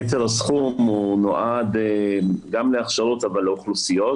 יתר הסכום נועד גם להכשרות אבל לאוכלוסיות,